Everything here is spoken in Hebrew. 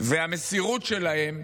והמסירות שלהם